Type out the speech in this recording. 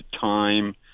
time